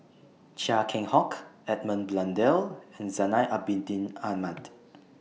Chia Keng Hock Edmund Blundell and Zainal Abidin Ahmad